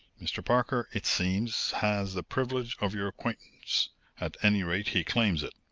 mr. parker, it seems, has the privilege of your acquaintance at any rate he claims it.